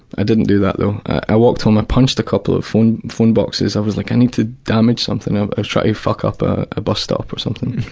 i didn't do that though. i walked home, i punched a couple of phone phone boxes. i was like, i needed to damage something. i was trying to fuck up a bus stop or something.